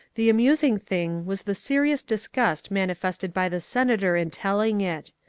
the amusing thing was the serious disgust manifested by the senator in telling it.